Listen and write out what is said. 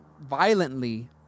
violently